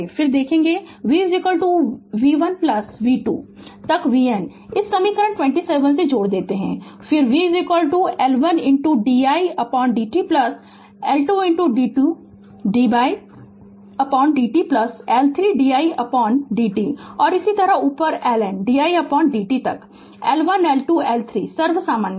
फिर लिखेंगे v v 1 plus v 2 तक v N इसे समीकरण 27 से जोड़ दें फिर v L 1 didt plus L 2 d 2 by didt plus L 3 didt और इसी तरह ऊपर LN didt तक L 1 L 2 L 3 सर्व सामान्य लें